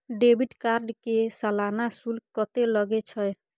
Debit card के सालाना शुल्क कत्ते लगे छै?